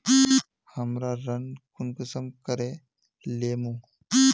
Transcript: हमरा ऋण कुंसम करे लेमु?